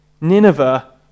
Nineveh